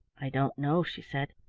i don't know, she said.